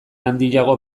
handiago